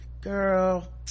girl